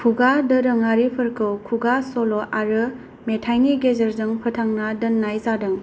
खुगा दोरोङारिफोरखौ खुगा सल' आरो मेथाइनि गेजेरजों फोथांना दोन्नाय जादों